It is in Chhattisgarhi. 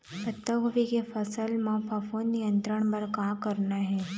पत्तागोभी के फसल म फफूंद नियंत्रण बर का करना ये?